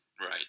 Right